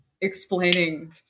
explaining